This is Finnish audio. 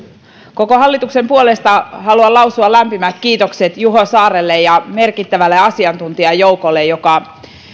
koko hallituksen puolesta haluan lausua lämpimät kiitokset juho saarelle ja merkittävälle asiantuntijajoukolle joka